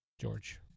George